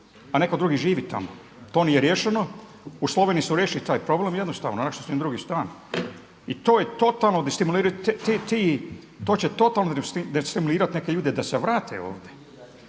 a neko drugi živi tamo. To nije riješeno, u Sloveniji su riješili taj problem jednostavno, našli su im drugi stan. I to je totalno destimulirajuće, to će